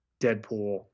Deadpool